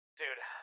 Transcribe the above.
dude